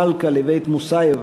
מלכה לבית מוסאיוף,